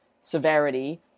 severity